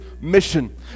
mission